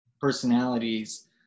personalities